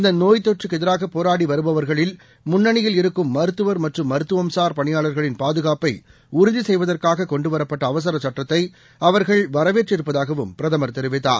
இந்தநோய் தொற்றுக்குஎதிராகபோராடிவருபவா்களில் முன்னணியில் இருக்கும் மருத்துவா் மற்றும் மருத்துவம்சார் பணியாளர்களின் பாதுகாப்பைஉறுதிசெய்வதற்காககொண்டுவரப்பட்ட அவசரசட்டத்தைஅவர்கள் வரவேற்றிருப்பதாகவும் பிரதமர் தெரிவித்தார்